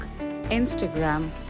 Instagram